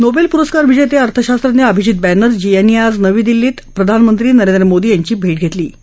नोबस्तिपुरस्कार विजव्तउर्थशास्त्रज्ञ अभिजीत बॅनर्जी यांनी आज नवी दिल्ली ड्रं प्रधानमंत्री नरेंद्र मोदी यांची भटघस्त्रीी